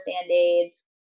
band-aids